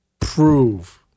Prove